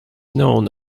known